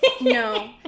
No